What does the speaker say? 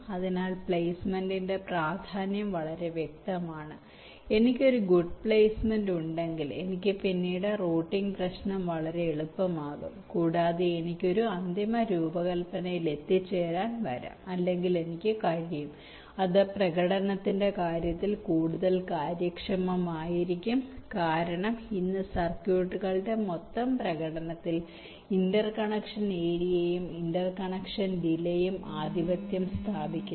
അതിനാൽ പ്ലെയ്സ്മെന്റിന്റെ പ്രാധാന്യം വളരെ വ്യക്തമാണ് എനിക്ക് ഒരു ഗുഡ്പ്ലെയ്സ്മെന്റ് ഉണ്ടെങ്കിൽ എനിക്ക് പിന്നീട് റൂട്ടിംഗ് പ്രശ്നം വളരെ എളുപ്പമാകും കൂടാതെ എനിക്ക് ഒരു അന്തിമ രൂപകൽപ്പനയിൽ എത്തിച്ചേരാൻ വരാം അല്ലെങ്കിൽ എനിക്ക് കഴിയും അത് പ്രകടനത്തിന്റെ കാര്യത്തിൽ കൂടുതൽ കാര്യക്ഷമമായിരിക്കും കാരണം ഇന്ന് സർക്യൂട്ടുകളുടെ മൊത്തം പ്രകടനത്തിൽ ഇന്റർകണക്ഷൻ ഏരിയയും ഇന്റർകണക്ഷൻ ഡിലയും ആധിപത്യം സ്ഥാപിക്കുന്നു